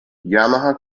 yamaha